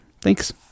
Thanks